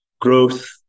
growth